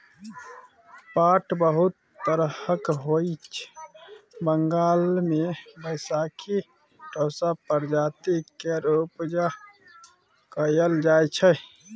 पाट बहुत तरहक होइ छै बंगाल मे बैशाखी टोसा प्रजाति केर उपजा कएल जाइ छै